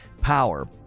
power